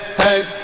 hey